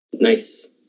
Nice